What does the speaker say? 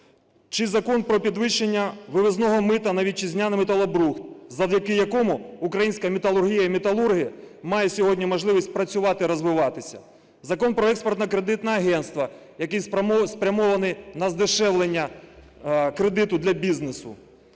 Чи Закон про підвищення вивізного мита на вітчизняний металобрухт, завдяки якому українська металургія і металурги мають сьогодні можливість працювати і розвиватися. Закон про Експортно-кредитне агентство, який спрямований на здешевлення кредиту для бізнесу.